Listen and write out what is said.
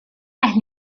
las